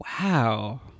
Wow